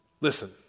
Listen